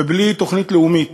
ובלי תוכנית לאומית